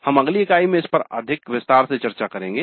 हम अगली इकाई में इस पर अधिक विस्तार से चर्चा करेंगे